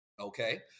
Okay